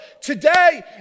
Today